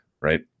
right